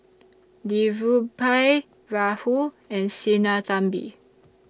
Dhirubhai Rahul and Sinnathamby